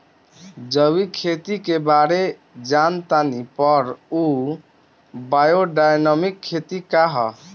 जैविक खेती के बारे जान तानी पर उ बायोडायनमिक खेती का ह?